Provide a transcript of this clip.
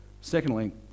Secondly